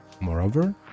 Moreover